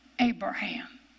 Abraham